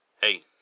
Hey